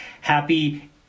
happy